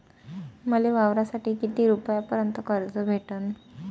मले वावरासाठी किती रुपयापर्यंत कर्ज भेटन?